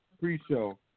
pre-show